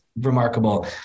remarkable